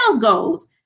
goals